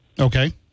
Okay